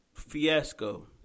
Fiasco